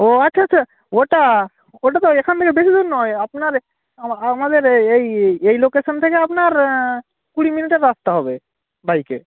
ও আচ্ছা আচ্ছা ওটা ওটা তো এখান থেকে বেশি দূর নয় আপনার আমাদের এই লোকেশন থেকে আপনার কুড়ি মিনিটের রাস্তা হবে বাইকে